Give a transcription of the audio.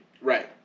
Right